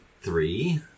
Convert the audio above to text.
three